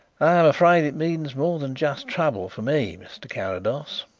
i'm afraid it means more than just trouble for me, mr. carrados.